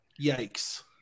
Yikes